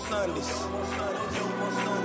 Sundays